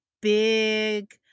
big